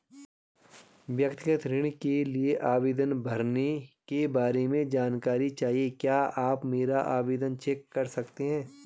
व्यक्तिगत ऋण के लिए आवेदन भरने के बारे में जानकारी चाहिए क्या आप मेरा आवेदन चेक कर सकते हैं?